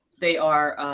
they are